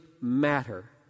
matter